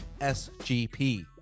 sgp